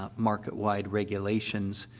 um market-wide regulations,